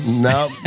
No